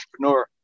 entrepreneur